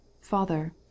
Father